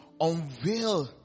unveil